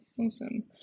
awesome